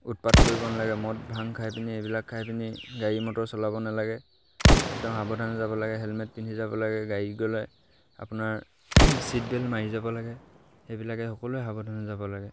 উৎপাত কৰিব নালাগে মদ ভাং খাই পিনি এইবিলাক খাই পিনি গাড়ী মটৰ চলাব নালাগে একদম সাৱধানে যাব লাগে হেলমেট পিন্ধি যাব লাগে গাড়ীত গ'লে আপোনাৰ ছিট বেল্ট মাৰি যাব লাগে সেইবিলাকে সকলোৱে সাৱধানে যাব লাগে